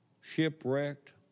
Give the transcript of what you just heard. shipwrecked